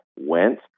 went